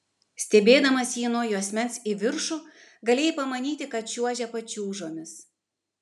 stebėdamas jį nuo juosmens į viršų galėjai pamanyti kad čiuožia pačiūžomis